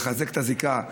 לחזק את הזיקה,